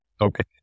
Okay